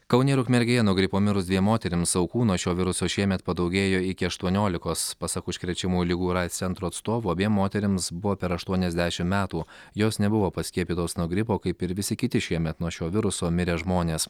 kaune ir ukmergėje nuo gripo mirus dviem moterims aukų nuo šio viruso šiemet padaugėjo iki aštuoniolikos pasak užkrečiamųjų ligų ir aids centro atstovų abiem moterims buvo per aštuoniasdešim metų jos nebuvo paskiepytos nuo gripo kaip ir visi kiti šiemet nuo šio viruso mirę žmonės